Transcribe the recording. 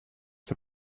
der